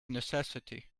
necessity